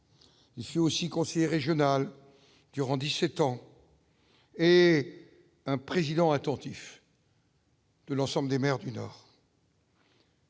Il fut aussi conseiller régional durant 17 ans et un président attentif. L'ensemble des maires du Nord.